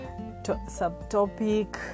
subtopic